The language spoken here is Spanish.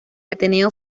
ateneo